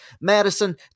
Madison